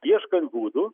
ieškant būdų